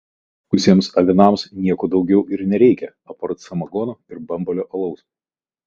čia likusiems avinams nieko daugiau ir nereikia apart samagono ir bambalio alaus